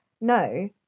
no